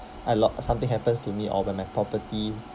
I lo~ something happens to me or when my property